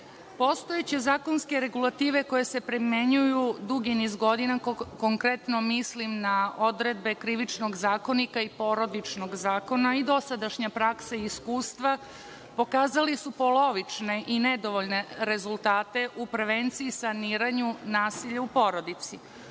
zakonske regulative koje se primenjuju dugi niz godina, konkretno mislim na odredbe Krivičnog zakonika i Porodičnog zakona i dosadašnja praksa i iskustva pokazali su polovične i nedovoljne rezultate u prevenciji, saniranju nasilja u porodici. Uglavnom